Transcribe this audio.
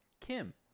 Kim